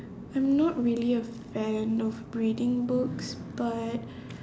I'm not really a fan of reading books but